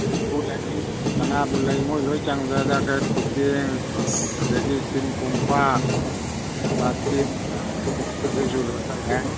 ꯀꯣꯔꯐꯨ ꯂꯩ ꯁꯅꯥꯕꯨꯜ ꯂꯩ ꯃꯣꯏ ꯂꯣꯏ ꯈꯨꯗꯦꯡ ꯑꯗꯒꯤ ꯁ꯭ꯇꯤꯟ ꯀꯣꯝꯄꯥꯛ ꯕꯥꯇꯤꯟ ꯑꯗꯨꯁꯨ ꯂꯣꯏ ꯂꯩꯔꯦ